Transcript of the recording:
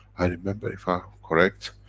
i remember, if i'm correct,